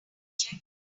check